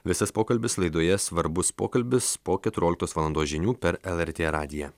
visas pokalbis laidoje svarbus pokalbis po keturioliktos valandos žinių per lrt radiją